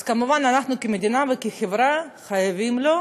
אז כמובן, אנחנו, כמדינה וכחברה, חייבים לו,